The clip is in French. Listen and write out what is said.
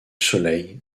soleil